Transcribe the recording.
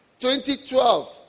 2012